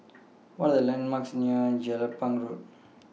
What Are The landmarks near Jelapang Road